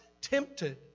tempted